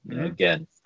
Again